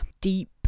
deep